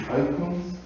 icons